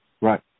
Right